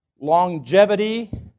longevity